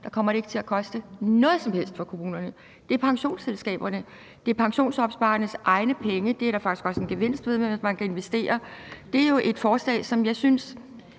med, kommer det ikke til at koste noget som helst for kommunerne. Det er pensionsselskaberne, og det er pensionsopsparernes egne penge – det er der faktisk også en gevinst ved, altså at man kan investere – og det er jo et forslag, som jeg synes